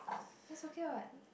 that's okay what